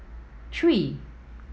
three